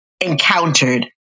encountered